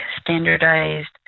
standardized